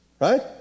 right